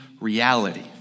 reality